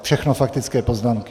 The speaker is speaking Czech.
Všechno faktické poznámky.